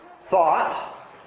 thought